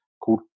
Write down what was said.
called